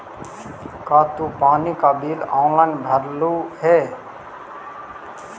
का तू पानी का बिल ऑनलाइन भरलू हे